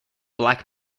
black